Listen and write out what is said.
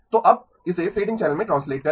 तो अब इसे फ़ेडिंग चैनल में ट्रांसलेट करें